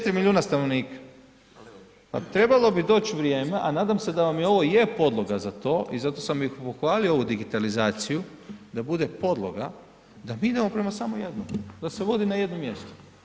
8 na 4 milijuna stanovnika, pa trebalo bi doć vrijeme, a nadam se da vam je ovo i je podloga za to i zato sam i pohvalio ovu digitalizaciju da bude podloga, da mi idemo samo prema jednome, da se vodi na jednom mjestu.